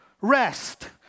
rest